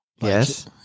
Yes